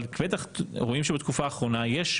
אבל בטח רואים שבתקופה האחרונה יש...